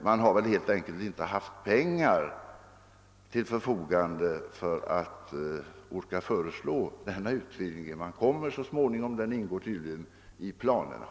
Det har väl helt enkelt inte funnits pengar för att föreslå en utvidgning i detta fall. Men tydligen ingår det i planerna att en utvidgning även här kommer att föreslås så småningom.